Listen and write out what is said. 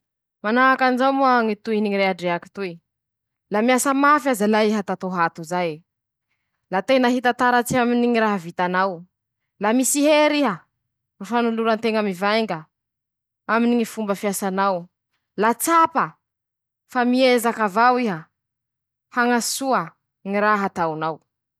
Manahaky anizao ñy kolotsay a Etazonia añe:-Rozy ao samby karazany ro mifangarongaro, rozy mifotsy aminy ñy fahaleovan-teña ;manahaky anizay ñy fanaovan-drozy ñy raha kanto noho ñy fialam-boly ataon-drozy ao ;manahaky anizay ñy sary mihetsike noho ñy moziky ;misy koa ñy fomba fisakafoanan-drozy, manany ñy lilin-drozy manoka rozy ao lafa misakafo.